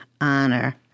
honor